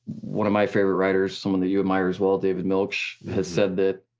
one of my favorite writers, someone that you admire as well, david milch, has said that